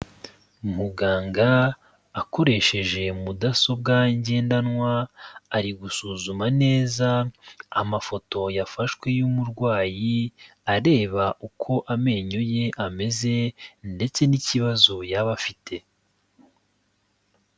Muganga akoresheje mudasobwa ngendanwa ari gusuzuma neza amafoto yafashwe y'umurwayi areba uko amenyo ye ameze ndetse n'ikibazo yaba afite.